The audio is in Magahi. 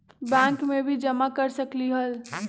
बैंक में भी जमा कर सकलीहल?